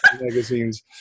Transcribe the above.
magazines